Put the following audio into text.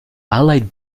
allied